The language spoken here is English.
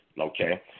okay